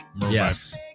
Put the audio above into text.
Yes